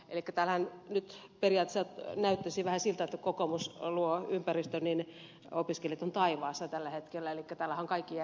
elikkä täällähän nyt periaatteessa näyttäisi vähän siltä että kun kokoomus luo ympäristön niin opiskelijat ovat taivaassa tällä hetkellä elikkä täällähän on kaikki järjestetty ja hyvin